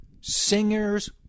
singers –